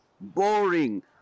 boring